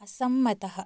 असम्मतः